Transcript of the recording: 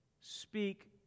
Speak